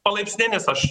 palaipsninis aš